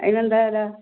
അതിനെന്താണ് വില